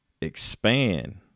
Expand